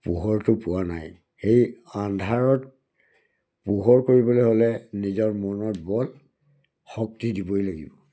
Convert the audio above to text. পোহৰটো পোৱা নাই সেই আন্ধাৰক পোহৰ কৰিবলৈ হ'লে নিজৰ মনত বল শক্তি দিবই লাগিব